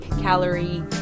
calorie